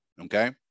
okay